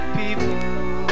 people